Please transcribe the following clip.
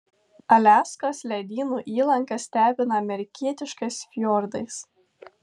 aliaskos ledynų įlanka stebina amerikietiškais fjordais